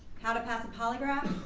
how to pass a polygraph?